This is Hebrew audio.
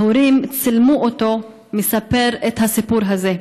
ההורים צילמו אותו מספר את הסיפור הזה.